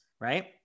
right